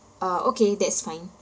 uh okay that's fine